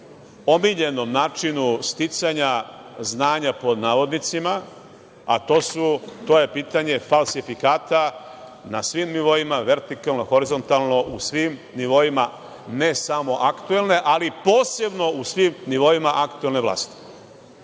omiljenom načinu sticanja znanja, pod navodnicima, a to je pitanje falsifikata na svim nivoima, vertikalno, horizontalno, u svim nivoima, ne samo aktuelne, ali posebno u svim nivoima aktuelne vlasti. Osim